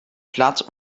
platt